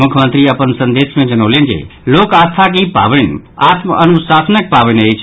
मुख्यमंत्री अपन संदेश मे जनौलनि जे लोक आस्थाक ई पावनि आत्मअनुशासनक पावनि अछि